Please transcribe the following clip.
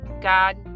God